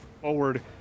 forward